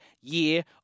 year